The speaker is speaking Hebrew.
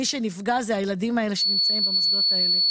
מי שנפגע זה הילדים האלה שנמצאים במוסדות האלה.